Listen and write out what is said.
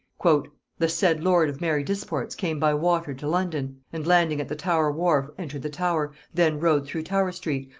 the said lord of merry disports came by water to london, and landing at the tower wharf entered the tower, then rode through tower-street,